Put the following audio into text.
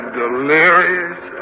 delirious